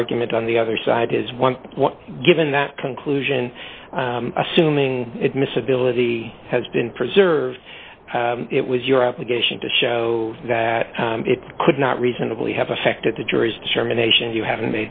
the argument on the other side is one given that conclusion assuming admissibility has been preserved it was your application to show that that it could not reasonably have affected the jury's germination you haven't